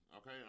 okay